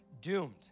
doomed